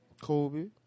Kobe